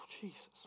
Jesus